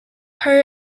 her